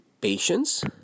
patience